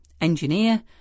engineer